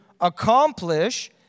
accomplish